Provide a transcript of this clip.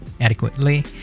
adequately